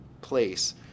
place